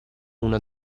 una